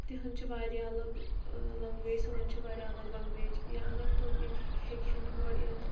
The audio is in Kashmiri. تِہنٛز چھِ واریاہ الگ لنٛگویج سٲنۍ چھِ الگ لنٛگویج یا اگر تِم ہٮ۪کہِ ہن یور یِتھ